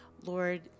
Lord